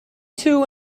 two